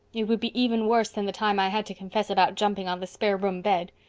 it would be even worse than the time i had to confess about jumping on the spare room bed.